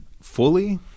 Fully